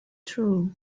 true